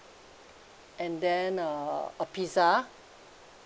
and then uh a pizza